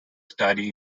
study